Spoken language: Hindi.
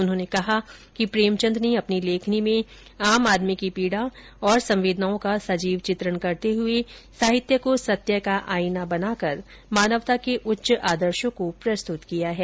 उन्होंने कहा कि प्रेमचंद ने अपनी लेखनी में आम आदमी की पीड़ा और संवेदनाओं का सजीव चित्रण करते हुए साहित्य को सत्य का आईना बनाकर मानवता के उच्च आदर्शों को प्रस्तुत किया है